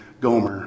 Gomer